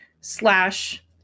slash